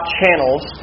channels